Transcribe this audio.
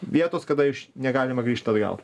vietos kada iš negalima grįžt atgal